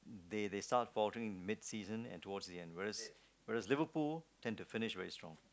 they they start faltering mid season and towards the end whereas whereas Liverpool tends to finish very strong